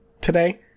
today